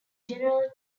general